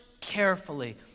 carefully